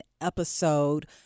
episode